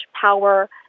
power